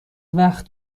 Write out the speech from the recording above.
وقت